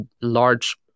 large